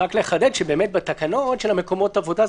רק לחדד שבאמת בתקנות של מקומות עבודה,